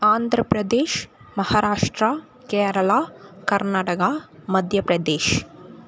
Andhra Pradesh Maharashtra Kerala Karnataka Madhya Pradesh